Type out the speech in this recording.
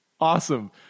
awesome